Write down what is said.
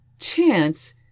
Chance